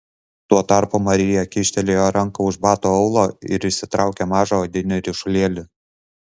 tuo tarpu marija kyštelėjo ranką už bato aulo ir išsitraukė mažą odinį ryšulėlį